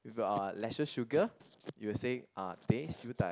with uh lesser sugar you say uh teh Siew-Dai